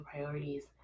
priorities